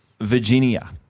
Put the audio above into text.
Virginia